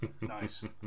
Nice